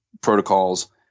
protocols –